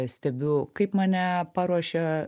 stebiu kaip mane paruošia